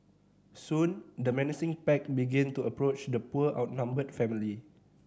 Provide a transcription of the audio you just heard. soon the menacing pack began to approach the poor outnumbered family